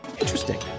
Interesting